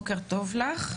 בוקר טוב לך,